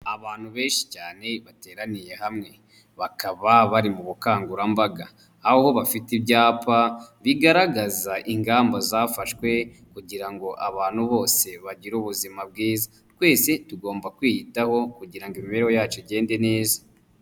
Abantu benshi cyane bateraniye hamwe, bakaba bari mu bukangurambaga aho bafite ibyapa bigaragaza ingamba zafashwe kugira ngo abantu bose bagire ubuzima bwiza, twese tugomba kwiyitaho kugira ngo imibereho yacu igende neza.